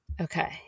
Okay